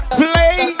play